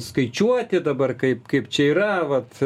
skaičiuoti dabar kaip kaip čia yra vat